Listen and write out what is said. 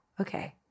okay